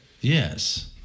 Yes